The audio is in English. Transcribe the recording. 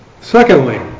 Secondly